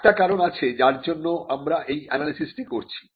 একটা কারণ আছে যার জন্য আমরা এই অ্যানালিসিসটি করছি